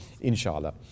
inshallah